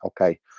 Okay